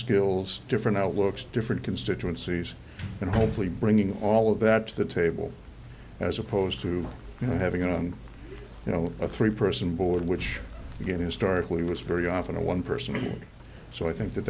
skills different outlooks different constituencies and hopefully bringing all of that to the table as opposed to you know having a you know a three person board which again historically was very often a one person so i think that